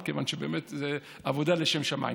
כיוון שבאמת זו עבודה לשם שמיים.